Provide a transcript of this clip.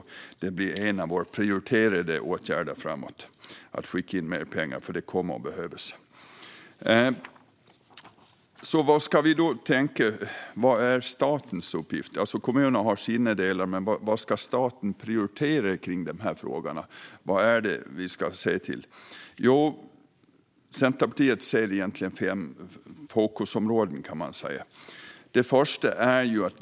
Att skicka in mer pengar blir alltså en av våra prioriterade åtgärder framåt, för det kommer att behövas. Vad ska vi då tänka är statens uppgift? Kommunerna har sina delar, men vad ska staten prioritera när det gäller dessa frågor? Vad är det vi ska se till? Man kan säga att Centerpartiet ser fem fokusområden här. Det första området är statsbidragen.